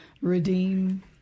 redeem